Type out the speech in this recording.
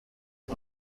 nta